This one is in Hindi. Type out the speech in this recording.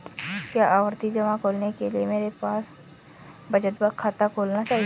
क्या आवर्ती जमा खोलने के लिए मेरे पास बचत खाता होना चाहिए?